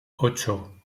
ocho